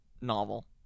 novel